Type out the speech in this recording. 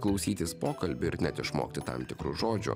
klausytis pokalbių ir net išmokti tam tikrų žodžių